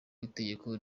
w’itegeko